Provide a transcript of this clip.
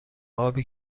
ابی